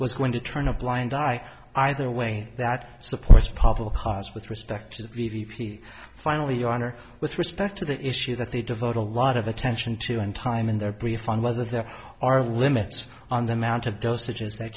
was going to turn a blind eye either way that supports probable cause with respect to the levy finally your honor with respect to the issue that they devote a lot of attention to and time in their brief on whether there are limits on the amount of dosages th